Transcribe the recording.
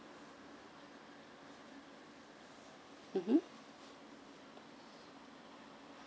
mmhmm